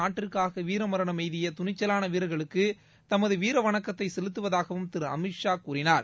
நாட்டிற்காக வீர மரணம் எய்திய துணிச்சலான வீரர்களுக்கு தமது வீர வணக்கத்தை செலுத்துவதாகவும் திரு அமித் ஷா கூறினார்